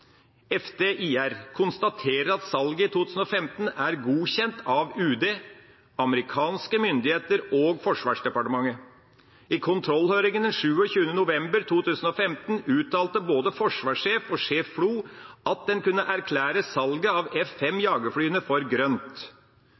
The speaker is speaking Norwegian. FD IR, konstaterer at salget i 2015 er godkjent av UD, amerikanske myndigheter og Forsvarsdepartementet. I kontrollhøringen 27. november 2015 uttalte både forsvarssjef og sjef FLO at en kunne erklære salget av F-5 jagerflyene for grønt.